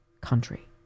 country